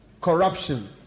corruption